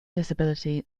disability